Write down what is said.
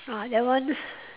ah that one